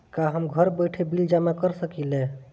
का हम घर बइठे बिल जमा कर शकिला?